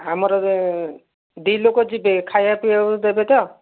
ଆମର ଦୁଇ ଲୋକ ଯିବେ ଖାଇବା ପିଇବାକୁ ଦେବେ ତ